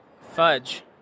Fudge